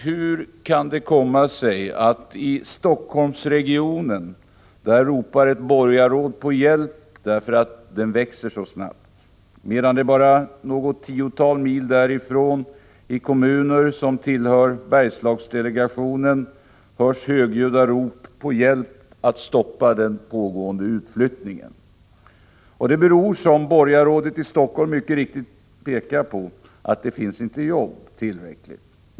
Hur kan det komma sig att ett borgarråd i Helsingforssregionen ropar på hjälp därför att denna region växer så snabbt, medan det bara något tiotal mil därifrån, i kommunerna som tillhör Bergslagsdelegationen, hörs högljudda rop på hjälp att stoppa den pågående utflyttningen? Det beror, som borgarrådet i Helsingfors mycket riktigt påpekar, på att det inte finns tillräckligt med jobb.